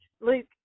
Luke